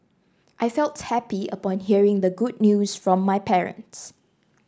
I felt happy upon hearing the good news from my parents